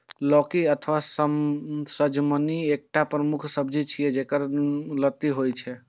लौकी अथवा सजमनि एकटा प्रमुख सब्जी छियै, जेकर लत्ती होइ छै